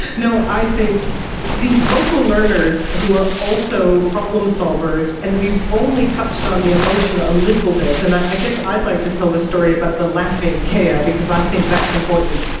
you know i think these vocal learners who are also problem solvers, and we've only touched on the emotion a little bit, and i guess i'd like to tell the story about the laughing kea ah because i think that's important.